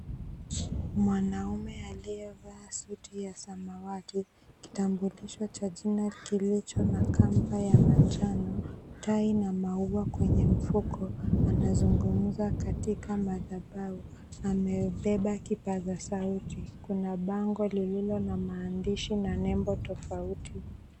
Mwanaume aliyevaa suti ya samawati, kitambulisho cha jina kilicho na kamba ya manjano, tai na maua kwenye mfuko anazungumza katika madhabahu amebeba kipaza sauti, kuna bango lililo na maandishi na nembo tofauti.